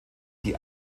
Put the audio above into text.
die